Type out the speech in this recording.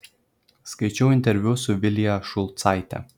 skaičiau interviu su vilija šulcaite